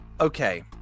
okay